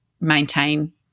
maintain